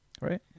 Right